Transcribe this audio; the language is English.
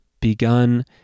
begun